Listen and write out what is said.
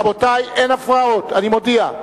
רבותי, אין הפרעות, אני מודיע.